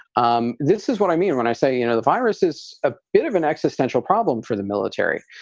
um this is what i mean when i say, you know, the virus is a bit of an existential problem for the military.